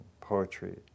poetry